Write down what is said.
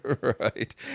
right